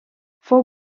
fou